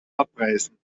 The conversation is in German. abreißen